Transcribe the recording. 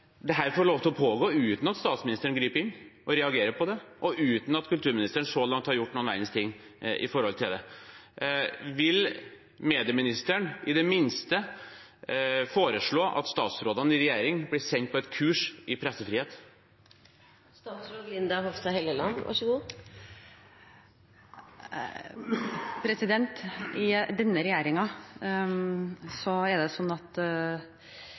statsministeren griper inn og reagerer på det, og uten at kulturministeren så langt har gjort noen verdens ting med det. Vil medieministeren i det minste foreslå at statsrådene i regjering blir sendt på et kurs i pressefrihet? I denne regjeringen er det sånn at statsrådene ikke driver og pålegger hverandre kurs. Jeg vet ikke om man gjør det i andres regjeringer, men det gjør vi ikke i denne